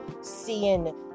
seeing